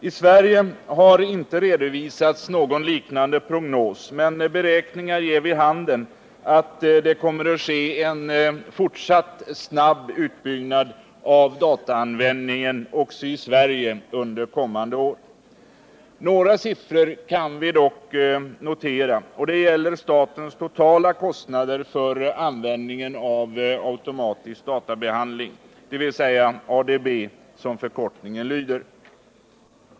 I Sverige har det inte redovisats någon liknande prognos, men beräkningar ger vid handen att det också i Sverige kommer att ske en fortsatt snabb utveckling av dataanvändningen under kommande år. Några siffror kan vi dock notera, och det gäller statens totala kostnader för användningen av automatisk databehandling, förkortat ADB.